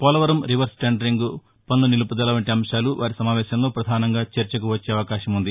Polavaram reverse tendering పనుల నిలుపుదల వంటి అంశాలు వారి సమావేశంలో ప్రధానంగా చర్చకు రాసున్నాయి